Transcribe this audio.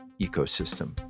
ecosystem